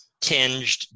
Tinged